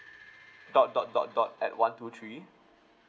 dot dot dot dot at one two three